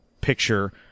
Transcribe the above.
picture